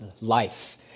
life